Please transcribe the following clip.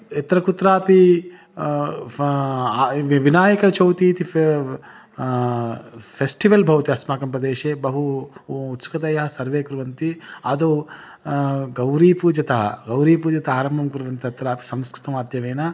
यत्र कुत्रापि वि विनायकचौति इति फ़े फ़ेस्टिवल् भवति अस्माकं प्रदेशे बहु उ उत्सुकतया सर्वे कुर्वन्ति आदौ गौरीपूजा गौरीपूजा आरम्भं कुर्वन्तत्र संस्कृतमाध्यमेन